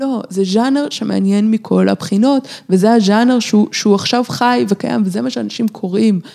לא, זה ז'אנר שמעניין מכל הבחינות וזה הז'אנר שהוא עכשיו חי וקיים וזה מה שאנשים קוראים.